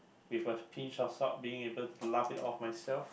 with a pinch of salt being able to laugh it off myself